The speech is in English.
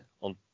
on